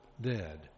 dead